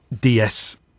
DS